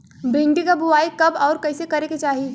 भिंडी क बुआई कब अउर कइसे करे के चाही?